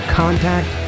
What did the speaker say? contact